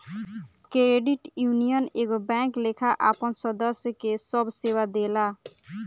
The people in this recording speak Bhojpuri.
क्रेडिट यूनियन एगो बैंक लेखा आपन सदस्य के सभ सेवा देला